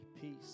peace